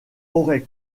aurait